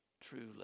truly